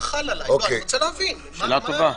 שאלה טובה.